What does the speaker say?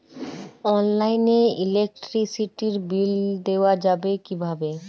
অনলাইনে ইলেকট্রিসিটির বিল দেওয়া যাবে কিভাবে?